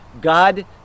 God